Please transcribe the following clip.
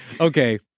okay